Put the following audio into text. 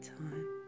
time